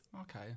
Okay